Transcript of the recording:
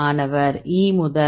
மாணவர் E முதல்